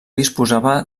disposava